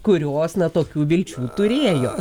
kuriuos na tokių vilčių turėjo